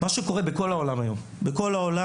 זה קורה היום בכל העולם.